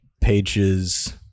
pages